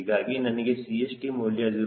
ಹೀಗಾಗಿ ನನಗೆ CHT ಮೌಲ್ಯ 0